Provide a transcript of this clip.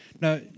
Now